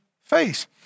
face